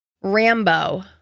Rambo